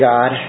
God